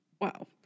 Wow